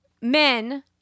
men